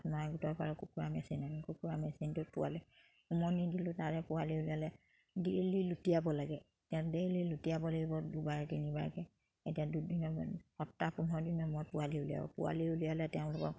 কুকুৰা মেচিনটোত পোৱালি উমনি দিলোঁ তাৰে পোৱালি উলিয়ালে ডেইলি লুটিয়াব লাগে এতিয়া ডেইলি লুটিয়াব লাগিব দুবাৰ তিনিবাৰকে এতিয়া দুদিনৰ সপ্তাহ পোন্ধৰ দিনৰ মূৰত পোৱালি উলিয়াব পোৱালি উলিয়ালে তেওঁলোকক